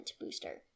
booster